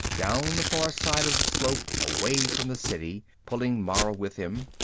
down the far side of the slope, away from the city, pulling mara with him.